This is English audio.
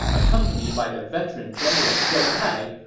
accompanied by the veteran general zhou tai,